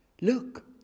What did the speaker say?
look